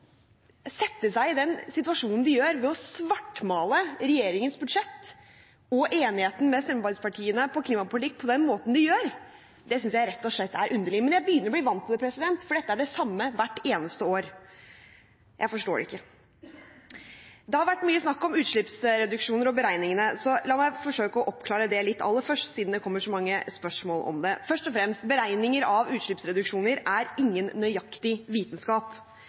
sette seg i den situasjonen de gjør, ved å svartmale regjeringens budsjett og enigheten med samarbeidspartiene om klimapolitikk på den måten de gjør, synes jeg rett og slett er underlig. Men jeg begynner å bli vant til det, for dette er det samme hvert eneste år. Jeg forstår det ikke. Det har vært mye snakk om utslippsreduksjoner og beregninger. La meg forsøke å oppklare det litt aller først, siden det kommer så mange spørsmål om det. Først og fremst: Beregninger av utslippsreduksjoner er ingen nøyaktig vitenskap.